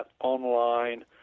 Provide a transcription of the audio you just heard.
online